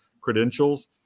credentials